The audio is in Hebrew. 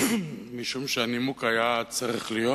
משום שהנימוק היה צריך להיות